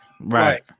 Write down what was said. Right